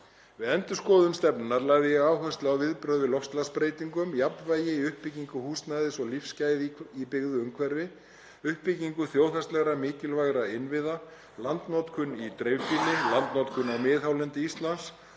Við endurskoðun stefnunnar lagði ég áherslu á viðbrögð við loftslagsbreytingum, jafnvægi í uppbyggingu húsnæðis og lífsgæði í byggðu umhverfi, uppbyggingu þjóðhagslegra mikilvægra innviða, landnotkun í dreifbýli, landnotkun á miðhálendi Íslands,